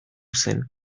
zen